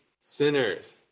sinners